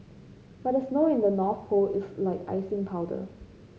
but the snow in the North Pole is like icing powder